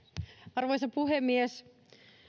arvoisa puhemies